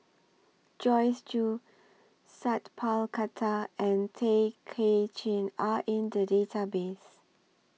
Joyce Jue Sat Pal Khattar and Tay Kay Chin Are in The Database